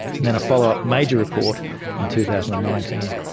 and then a follow-up major report in two thousand and nineteen.